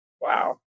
Wow